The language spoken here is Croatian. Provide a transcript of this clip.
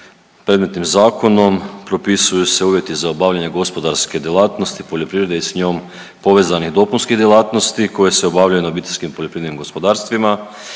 Predmetnim zakonom propisuju se uvjeti za obavljanje gospodarske djelatnosti, poljoprivrede i s njom povezanih dopunskih djelatnosti koje se obavljaju na OPG-ovima. Način i uvjeti